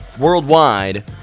Worldwide